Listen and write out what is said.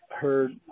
heard